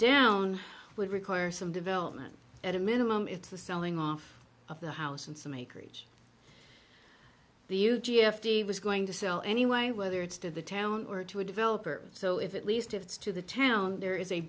down would require some development at a minimum it's the selling off of the house and some acreage the huge e f t was going to sell anyway whether it's to the town or to a developer so if at least it's to the town there is a